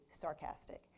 sarcastic